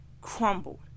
crumbled